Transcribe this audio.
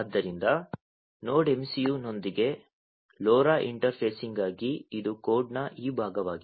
ಆದ್ದರಿಂದ node MCU ನೊಂದಿಗೆ LoRa ಇಂಟರ್ಫೇಸಿಂಗ್ಗಾಗಿ ಇದು ಕೋಡ್ನ ಈ ಭಾಗವಾಗಿದೆ